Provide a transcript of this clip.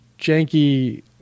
janky